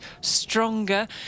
stronger